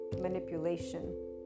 manipulation